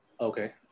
Okay